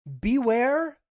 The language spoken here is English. beware